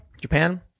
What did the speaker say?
Japan